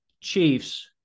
Chiefs